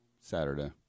Saturday